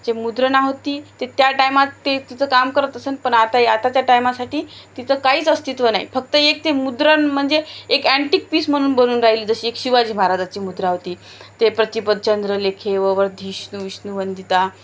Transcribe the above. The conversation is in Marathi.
जे मुद्रण होती ते त्या टायमात ते तिचं काम करत असेन पण आता आताच्या टायमासाठी तिचं काहीच अस्तित्व नाही फक्त एक ते मुद्रण म्हणजे एक अँटिक पीस म्हणून बनवून राहिली जशी एक शिवाजी महाराजाची मुद्रा होती ते प्रतिपत चंद्र लेखेव वर्धिष्णू विष्णुवंदिता